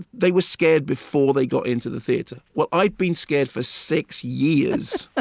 they were scared before they got into the theater. well, i'd been scared for six years